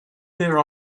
their